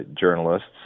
journalists